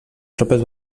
tropes